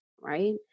right